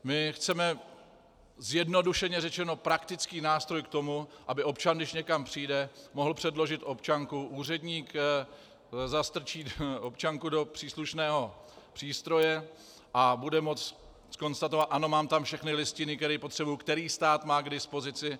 My chceme, zjednodušeně řečeno, praktický nástroj k tomu, aby občan, když někam přijde, mohl předložit občanku, úředník zastrčí občanku do příslušného přístroje a bude moci zkonstatovat ano, mám tam všechny listiny, které potřebuji, které stát má k dispozici.